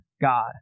God